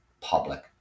public